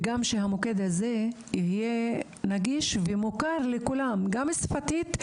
וגם שהמוקד הזה יהיה נגיש ומוכר לכולם גם שפתית,